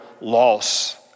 loss